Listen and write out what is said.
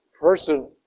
person